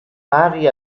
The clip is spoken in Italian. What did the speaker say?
pari